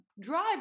drive